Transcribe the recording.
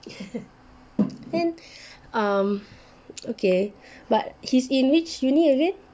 then um okay but he's in which uni again